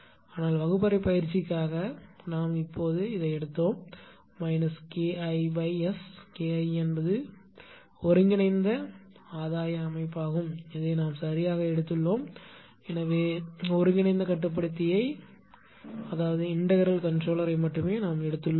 ஆனால் வகுப்பறை பயிற்சிக்காக நாம் இப்போது எடுத்தோம் KIS KI என்பது ஒருங்கிணைந்த ஆதாய அமைப்பாகும் இதை நாம் சரியாக எடுத்துள்ளோம் எனவே ஒருங்கிணைந்த கட்டுப்படுத்தியை மட்டுமே நாம் எடுத்துள்ளோம்